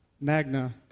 Magna